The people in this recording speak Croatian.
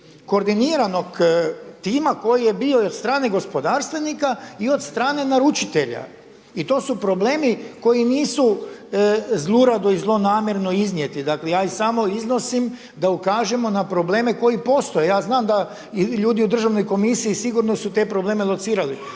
koordiniranog tima koji je bio i od strane gospodarstvenika i od strane naručitelja. I to su problemi koji nisu zlurado i zlonamjerno iznijeti. Dakle, ja ih samo iznosim da ukažemo na probleme koji postoje. Ja znam da i ljudi u Državnoj komisiji sigurno su te probleme locirali.